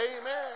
Amen